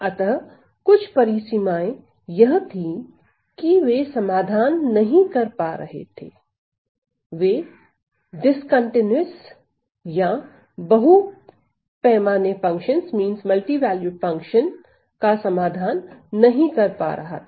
अतः कुछ परिसीमाएं यह थी कि वे समाधान नहीं कर पा रहा था वे असांतत्य या बहु पैमाने फंक्शंस का समाधान नहीं कर पा रहा था